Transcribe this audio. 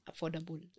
affordable